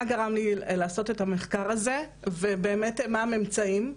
גרם לי לעשות את המחקר הזה ובאמת מה הממצאים,